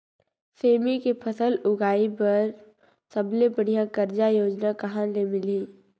सेमी के फसल उगाई बार सबले बढ़िया कर्जा योजना कहा ले मिलही?